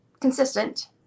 consistent